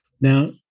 Now